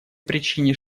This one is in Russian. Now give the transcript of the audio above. причине